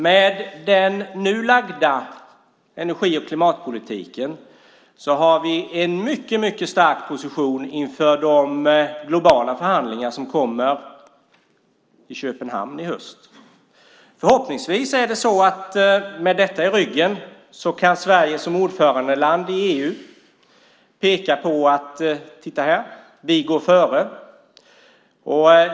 Med den nu presenterade energi och klimatpolitiken har vi en mycket stark position inför de globala förhandlingarna i Köpenhamn i höst. Förhoppningsvis kan Sverige som ordförandeland i EU med detta i ryggen peka på detta och säga: Titta, vi går före!